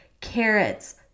carrots